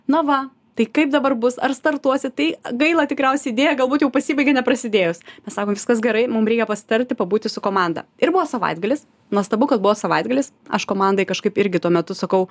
na va tai kaip dabar bus ar startuosit tai gaila tikriausiai idėja galbūt jau pasibaigė neprasidėjus mes sakom viskas gerai mum reikia pasitarti pabūti su komanda ir buvo savaitgalis nuostabu kad buvo savaitgalis aš komandai kažkaip irgi tuo metu sakau